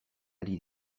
ari